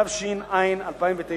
התש"ע 2009,